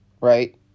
right